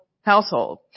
household